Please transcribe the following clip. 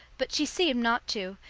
but she seemed not to,